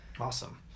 awesome